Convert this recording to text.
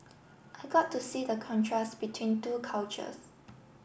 I got to see the contrast between two cultures